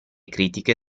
critiche